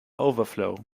overflow